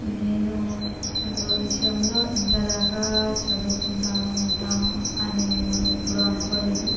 నేను చదువు విషయంలో ఇంతదాకా చదువుకుంటాను ఉంటాను అని నేను ఎప్పుడు అనుకోలేదు